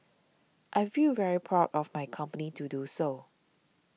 I feel very proud of my company to do so